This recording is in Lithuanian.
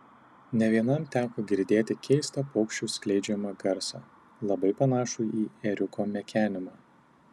ne vienam teko girdėti keistą paukščių skleidžiamą garsą labai panašų į ėriuko mekenimą